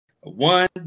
One